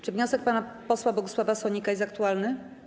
Czy wniosek pana posła Bogusława Sonika jest aktualny?